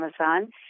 Amazon